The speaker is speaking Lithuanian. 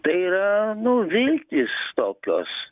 tai yra nu viltys tokios